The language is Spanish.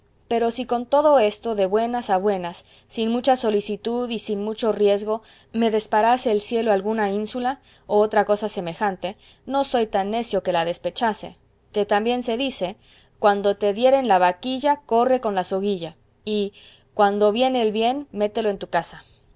pero si con todo esto de buenas a buenas sin mucha solicitud y sin mucho riesgo me deparase el cielo alguna ínsula o otra cosa semejante no soy tan necio que la desechase que también se dice cuando te dieren la vaquilla corre con la soguilla y cuando viene el bien mételo en tu casa